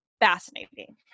fascinating